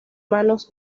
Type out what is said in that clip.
manos